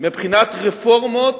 מבחינת רפורמות